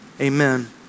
Amen